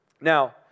Now